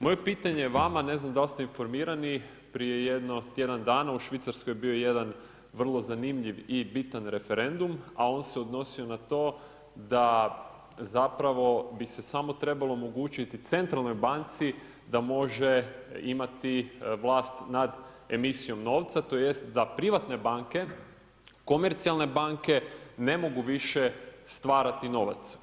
Moje pitanje je vama, ne znam da li ste informirani, prije jedno tjedan dana u Švicarskoj je bio jedan vrlo zanimljiv i bitan referendum, a on se odnosio na to da bi se zapravo trebalo omogućiti centralnoj banci da može imati vlast nad emisijom novca, tj. da privatne banke, komercijalne banke ne mogu više stvarati novac.